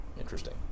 Interesting